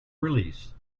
release